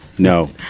No